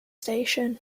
station